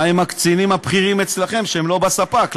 מה עם הקצינים הבכירים אצלכם שהם לא בספ"כ,